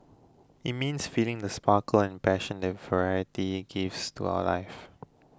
it means feeling the sparkle and passion that variety gives to our lives